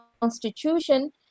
constitution